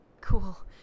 cool